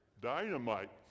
dynamite